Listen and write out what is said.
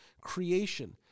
creation